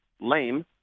lame